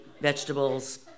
vegetables